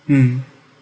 mm